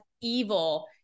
evil